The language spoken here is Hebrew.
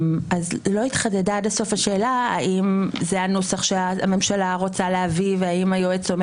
לא התחדדה עד הסוף השאלה האם זה הנוסח שהממשלה רוצה להביא והאם היועץ אומר